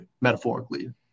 metaphorically